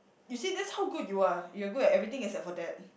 you see that's how good you are you are good at everything except for that